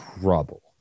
trouble